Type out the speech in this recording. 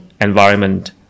environment